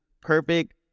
perfect